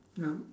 no